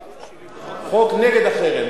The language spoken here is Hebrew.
חוק נגד החרם.